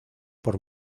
por